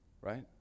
Right